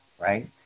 right